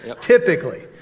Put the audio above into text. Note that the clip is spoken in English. typically